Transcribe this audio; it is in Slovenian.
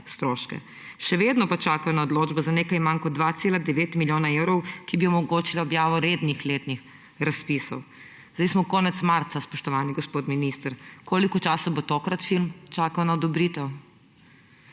stroške, še vedno pa čakajo na odločbe za nekaj manj kot 2,9 milijona evrov, ki bi omogočila objavo rednih letnih razpisov. Zdaj smo konec marca, spoštovani gospod minister. Koliko časa bo tokrat film čakal na odobritev?